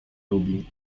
lubi